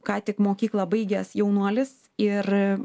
ką tik mokyklą baigęs jaunuolis ir